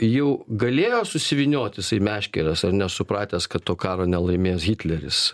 jau galėjo susivynioti meškeres ar ne supratęs kad to karo nelaimės hitleris